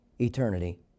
eternity